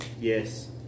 Yes